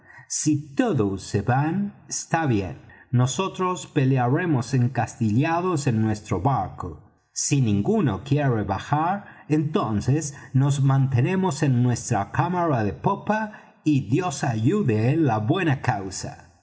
si todos se van está bien nosotros pelearemos encastillados en nuestro barco si ninguno quiere bajar entonces nos mantenemos en nuestra cámara de popa y dios ayude la buena causa